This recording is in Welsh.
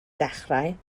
dechrau